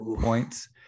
points